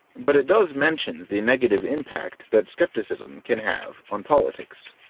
but it does mention the negative impact that skepticism can have on politics.